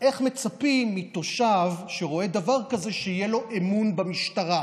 איך מצפים מתושב שרואה דבר כזה שיהיה לו אמון במשטרה?